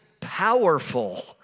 powerful